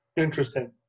Interesting